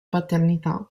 paternità